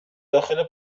داخل